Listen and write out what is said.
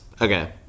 okay